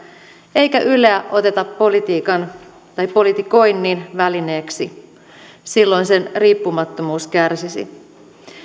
eikä yleä oteta politiikan tai politikoinnin välineeksi sillä silloin sen riippumattomuus kärsisi